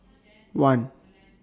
one